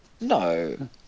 No